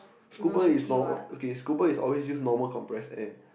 scuba is normal okay scuba is always use normal compress air